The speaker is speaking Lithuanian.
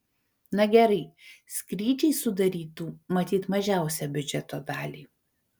na gerai skrydžiai sudarytų matyt mažiausią biudžeto dalį